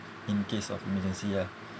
in case of emergency ah